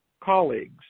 colleagues